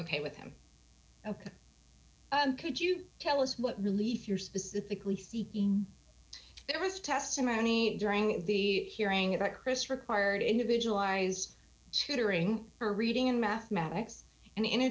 ok with him ok could you tell us what relief you're specifically seeking there was testimony during the hearing about chris required individualized tutoring for reading in mathematics and in